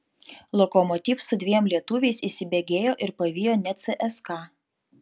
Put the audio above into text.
lokomotiv su dviem lietuviais įsibėgėjo ir pavijo net cska